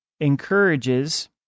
encourages